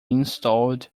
installed